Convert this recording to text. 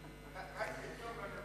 blanche עכשיו.